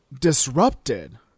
disrupted